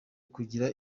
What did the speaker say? kugira